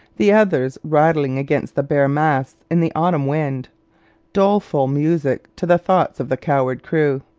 the others rattling against the bare masts in the autumn wind doleful music to the thoughts of the coward crew.